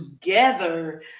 together